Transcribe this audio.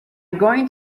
going